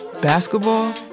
Basketball